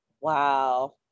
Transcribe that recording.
wow